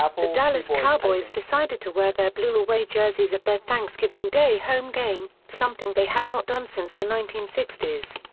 the dallas cowboys decided to wear their blue away jerseys at their thanksgiving day home game, something they have not done since the nineteen sixty s.